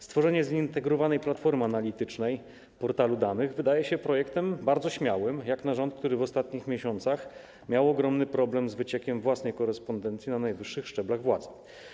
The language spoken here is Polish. Stworzenie zintegrowanej platformy analitycznej, portalu danych wydaje się projektem bardzo śmiałym jak na rząd, który w ostatnich miesiącach miał ogromny problem z wyciekiem własnej korespondencji na najwyższych szczeblach władzy.